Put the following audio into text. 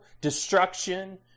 destruction